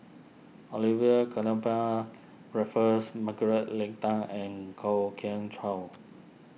Olivia Raffles Margaret Leng Tan and Kwok Kian Chow